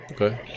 Okay